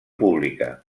pública